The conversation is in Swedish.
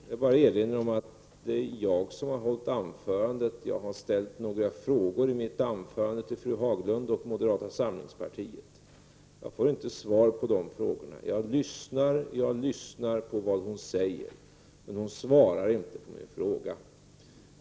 Jag vill bara erinra om att det är jag som har hållit anförandet, och jag har ställt några frågor till fru Haglund och moderata samlingspartiet. Jag får inte svar på de frågorna. Jag lyssnar och lyssnar på vad Ann-Cathrine Haglund säger, men hon svarar inte på min fråga.